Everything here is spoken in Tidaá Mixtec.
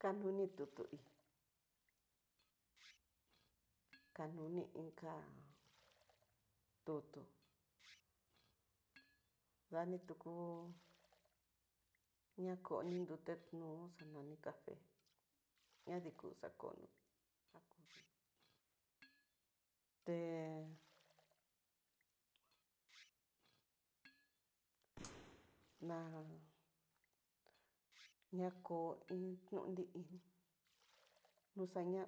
Kanuni tutu hí kanuni inka tutu, ñani tuku nakoni nrute nu xanani cafe, ñadii ku akono jakon té na ñako iin nonni ini, noxaña